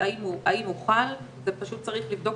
היות שבאמת עולה כאן מאוד מאוד השאלה של הוודאות אז מה שיש